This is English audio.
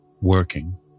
working